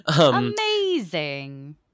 Amazing